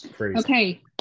Okay